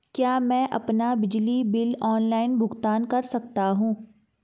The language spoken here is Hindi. क्या मैं अपना बिजली बिल ऑनलाइन भुगतान कर सकता हूँ?